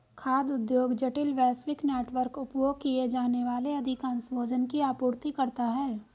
खाद्य उद्योग जटिल, वैश्विक नेटवर्क, उपभोग किए जाने वाले अधिकांश भोजन की आपूर्ति करता है